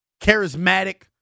Charismatic